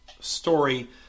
story